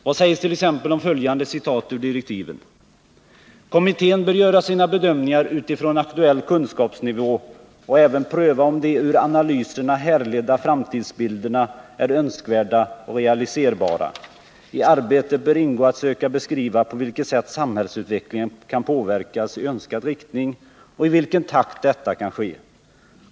Vad sägs t.ex. om följande citat ur direktiven: ”Kommittén bör göra sina bedömningar utifrån aktuell kunskapsnivå och även pröva om de ur analyserna härledda framtidsbilderna är önskvärda och realiserbara. I arbetet bör ingå att söka beskriva på vilket sätt samhällsutvecklingen kan påverkas i önskad riktning och i vilken takt detta kan ske.